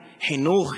חינוך,